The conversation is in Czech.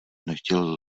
nechtěl